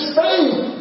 faith